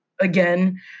Again